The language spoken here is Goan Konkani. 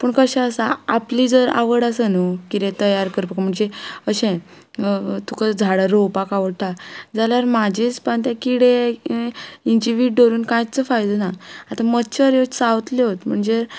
पूण कशें आसा आपली जर आवड आसा न्हय कितें तयार करपाक म्हणजे अशें तुका झाडां रोवपाक आवडटा जाल्यार म्हजे हिस्पान ते किडे ही वीट धरून कांयच फायदो ना आतां मच्छर ह्यो चावतल्योत म्हणजे